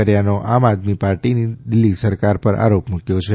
કર્યોનો આમઆદમી પાર્ટીની દિલ્ઠી સરકાર પર આરોપ મૂક્વો છે